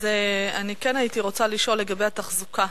אז כן הייתי רוצה לשאול לגבי התחזוקה.